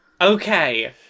Okay